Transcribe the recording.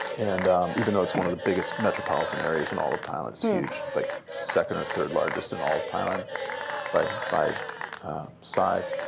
and even though it's one of the biggest metropolitan areas in all of thailand. huge, the like second or third largest in all of thailand by by size.